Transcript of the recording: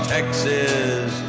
Texas